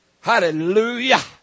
Hallelujah